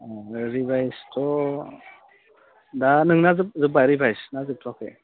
अ रिभाइसथ' दा नोंना जोब्बाय रिभाइस ना जोबथ'वाखै